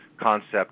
concept